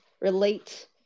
relate